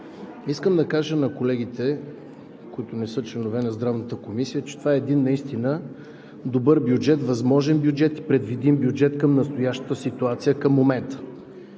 Искам да кажа на колегите, които не са членове на Здравната комисия, че това е един наистина добър бюджет, възможен бюджет, предвидим бюджет към настоящата ситуация, към момента.